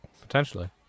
Potentially